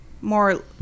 more